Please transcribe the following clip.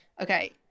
Okay